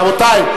רבותי,